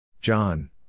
John